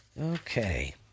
Okay